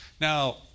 Now